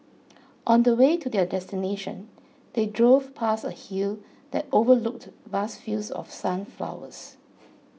on the way to their destination they drove past a hill that overlooked vast fields of sunflowers